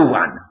one